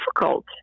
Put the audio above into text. difficult